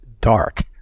dark